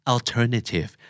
Alternative